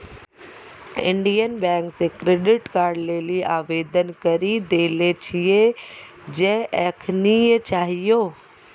Indian bank से credit card लेली आवेदन करी देले छिए जे एखनीये चाहियो